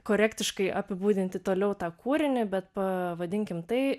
korektiškai apibūdinti toliau tą kūrinį bet pavadinkim tai